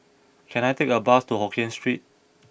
can I take a bus to Hokkien Street